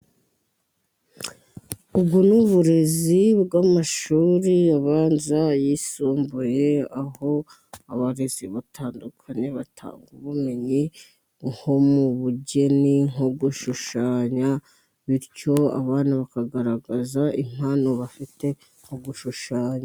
Ubu ni uburezi bw'amashuri bwo mu mashuri abanza, ayisumbuye aho abarezi batandukanye batanga ubumenyi nko mu bugeni, nko gushushanya, bityo abana bakagaragaza impano bafite mu gushushanya.